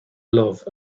love